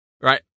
right